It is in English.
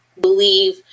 believe